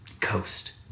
coast